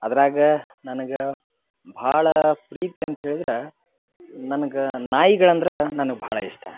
ಅದರಾಗ ನನಗೆ ಬಹಳ ಪ್ರೀತಿ ಅಂತ ಹೇಳಿದ್ರೆ ನನಗೆ ನಾಯಿಗಳು ಅಂದ್ರೆ ನನಗೆ ಬಹಳ ಇಷ್ಟ